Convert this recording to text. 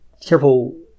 careful